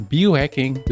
Biohacking